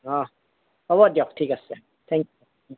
অঁ হ'ব দিয়ক ঠিক আছে থেংক ইউ